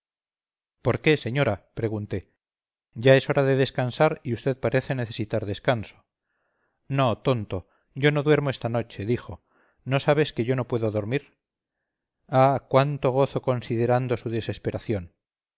por qué señora pregunté ya es hora de descansar y vd parece necesitar descanso no tonto yo no duermo esta noche dijo no sabes que yo no puedo dormir ah cuánto gozo considerando su desesperación